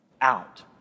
out